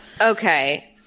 Okay